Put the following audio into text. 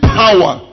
power